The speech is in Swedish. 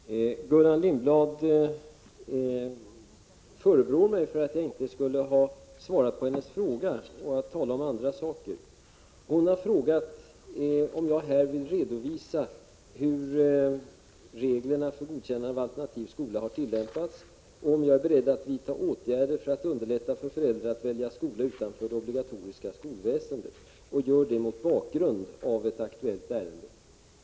Herr talman! Gullan Lindblad förebrår mig att jag inte skulle ha svarat på hennes fråga och att jag skulle ha talat om andra saker. Hon har frågat om jag här vill redovisa hur reglerna för godkännande av alternativ skola har tillämpats och om jag är beredd att vidta åtgärder för att underlätta för föräldrar att välja skola utanför det obligatoriska skolväsendet, och hon har gjort det mot bakgrund av ett aktuellt ärende.